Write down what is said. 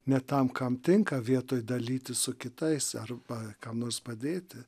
ne tam kam tinka vietoj dalytis su kitais arba kam nors padėti